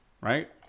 right